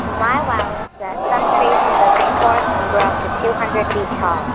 my wow is that some trees in the rainforest can grow up to two hundred feet tall